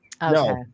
No